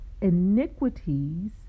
iniquities